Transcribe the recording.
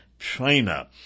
China